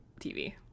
TV